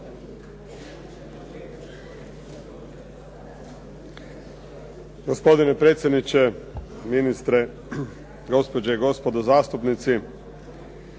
Gospodine predsjedniče, ministre, gospođe i gospodo zastupnici.